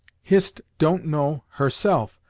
hist don't know, herself,